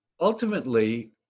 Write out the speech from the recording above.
ultimately